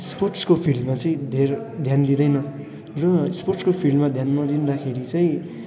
स्पोर्ट्सको फिल्डमा चाहिँ धेर ध्यान दिँदैन र स्पोर्टसको फिल्डमा ध्यान नदिँदाखेरि चाहिँ